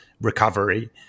recovery